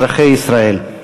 אזרחי ישראל,